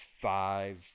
five